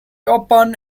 open